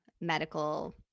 medical